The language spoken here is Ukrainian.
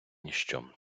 ніщо